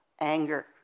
anger